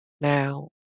Now